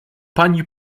pani